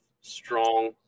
strong